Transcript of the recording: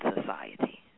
society